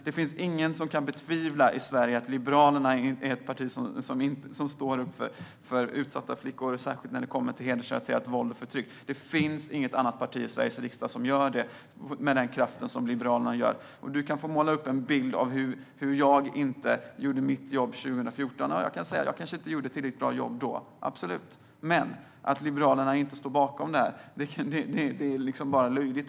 Det finns ingen i Sverige som kan betvivla att Liberalerna är ett parti som står upp för utsatta flickor och särskilt när det kommer till hedersrelaterat våld och förtryck. Det finns inget annat parti i Sveriges riksdag som gör det med samma kraft som Liberalerna. Du kan få måla upp en bild av hur jag inte gjorde mitt jobb 2014. Nej, jag kanske inte gjorde ett tillräckligt bra jobb då, absolut. Men att säga att Liberalerna inte står bakom det här är bara löjligt.